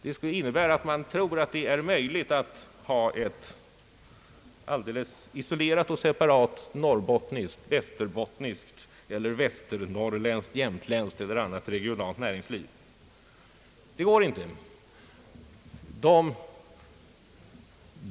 Det skulle innebära att man tror att det är möjligt att ha ett isolerat och separat norrbottniskt, västerbottniskt, västernorrländskt, jämtländskt eller annat regionalt näringsliv. Det går inte.